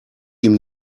ihm